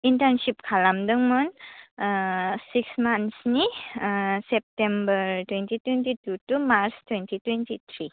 internship खालामदोंमोन oh six मान्सनि oh September twenty twenty two to March twenty twenty three